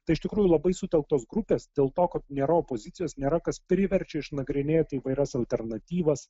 tai iš tikrųjų labai sutelktos grupės dėl to kad nėra opozicijos nėra kas priverčia išnagrinėti įvairias alternatyvas